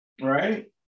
right